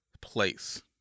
place